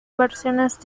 versiones